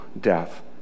death